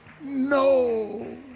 no